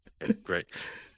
Great